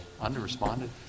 Under-responded